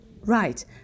Right